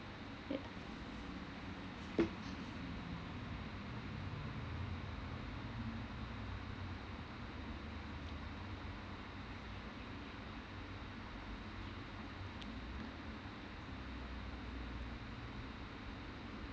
ya